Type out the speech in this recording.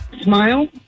Smile